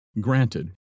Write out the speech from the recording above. Granted